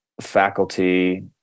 faculty